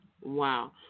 Wow